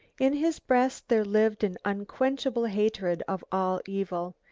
in his breast there lived an unquenchable hatred of all evil.